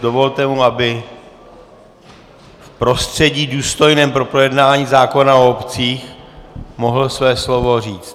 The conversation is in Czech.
Dovolte mu, aby v prostředí důstojném pro projednávání zákona o obcích mohl své slovo říct.